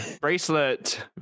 Bracelet